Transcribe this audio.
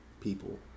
people